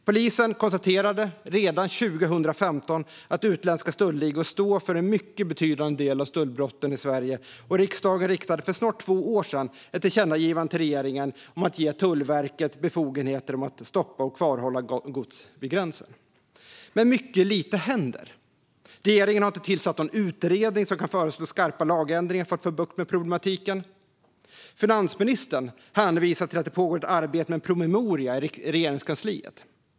Polisen konstaterade redan 2015 att utländska stöldligor står för en mycket betydande del av stöldbrotten i Sverige, och riksdagen riktade för snart två år sedan ett tillkännagivande till regeringen om att ge Tullverket befogenheter att stoppa och kvarhålla gods vid gränsen. Men mycket lite händer. Regeringen har inte tillsatt någon utredning som kan föreslå skarpa lagändringar för att få bukt med problematiken. Finansministern hänvisar till att det pågår arbete med en promemoria i Regeringskansliet.